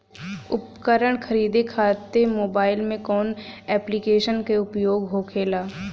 उपकरण खरीदे खाते मोबाइल में कौन ऐप्लिकेशन का उपयोग होखेला?